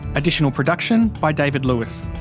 additional production by david lewis.